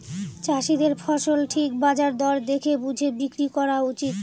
চাষীদের ফসল ঠিক বাজার দর দেখে বুঝে বিক্রি করা উচিত